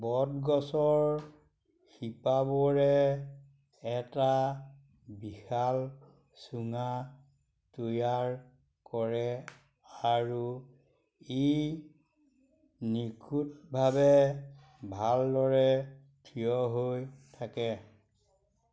বটগছৰ শিপাবোৰে এটা বিশাল চুঙা তৈয়াৰ কৰে আৰু ই নিখুঁতভাৱে ভালদৰে থিয় হৈ থাকে